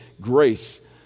Grace